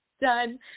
done